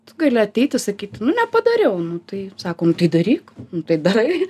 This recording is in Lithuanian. tu gali ateiti sakyt nu nepadariau nu tai sako nu tai daryk tai darai